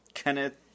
Kenneth